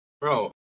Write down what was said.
Bro